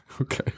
Okay